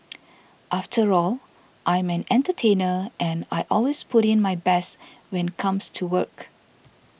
after all I'm an entertainer and I always put in my best when comes to work